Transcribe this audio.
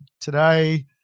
today